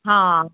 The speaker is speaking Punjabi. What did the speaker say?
ਹਾਂ